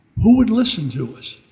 who would listen to us?